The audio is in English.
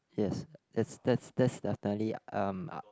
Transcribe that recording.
yes that's that's that's the fairly um up